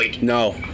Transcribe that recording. No